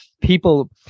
people